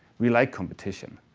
we like competition.